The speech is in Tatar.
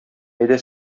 әйдә